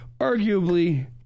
arguably